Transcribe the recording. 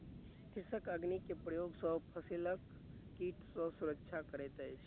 कृषक अग्नि के प्रयोग सॅ फसिलक कीट सॅ सुरक्षा करैत अछि